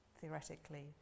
theoretically